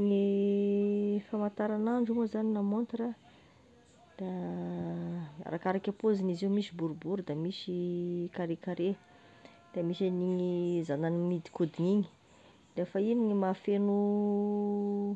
Gne famantaragnandro moa zagny na montre, da arakaraky e pôzigny izy io misy boribory, da misy karékaré, de misy an'igny zagnany miodikodigny igny, rehefa igny gny mahafeno